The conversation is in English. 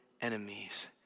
enemies